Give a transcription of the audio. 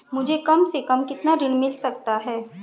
मुझे कम से कम कितना ऋण मिल सकता है?